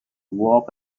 walk